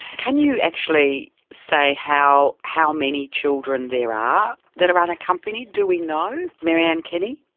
can you actually say how. how many children there are that are unaccompanied? do we know, mary anne kenny?